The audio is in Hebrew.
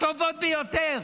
הטובות ביותר.